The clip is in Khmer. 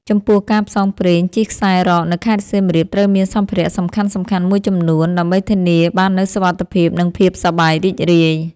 ចំពោះ ការផ្សងព្រេងជិះខ្សែរ៉កនៅខេត្តសៀមរាបត្រូវមានសម្ភារៈសំខាន់ៗមួយចំនួន ដើម្បីធានាបាននូវសុវត្ថិភាព និងភាពសប្បាយរីករាយ។